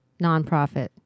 nonprofit